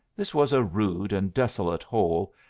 this was a rude and desolate hole,